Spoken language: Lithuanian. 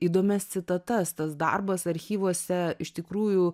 įdomias citatas tas darbas archyvuose iš tikrųjų